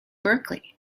berkeley